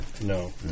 No